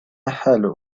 حال